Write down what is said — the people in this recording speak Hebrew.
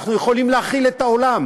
אנחנו יכולים להאכיל את העולם.